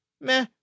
meh